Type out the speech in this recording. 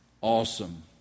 awesome